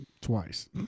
Twice